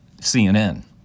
CNN